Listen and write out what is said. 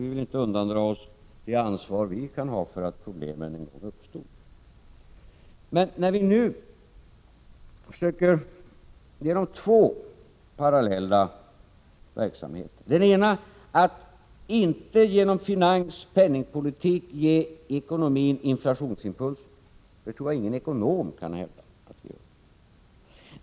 Vi vill inte undandra oss det ansvar som vi kan ha för att problemen en gång uppstod. Vi gör nu ett försök med två parallella verksamheter. Den ena är att inte genom finansoch penningpolitik ge ekonomin inflationsimpulser. Jag tror inte att någon ekonom kan hävda att vi gör det.